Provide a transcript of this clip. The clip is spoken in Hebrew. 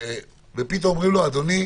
פתאום אומרים לו: אדוני,